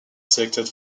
selected